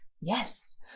Yes